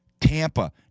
Tampa